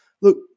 look